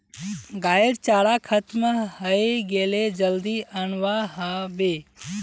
गाइर चारा खत्म हइ गेले जल्दी अनवा ह बे